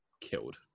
killed